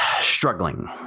struggling